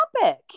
topic